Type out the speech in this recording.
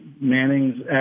Manning's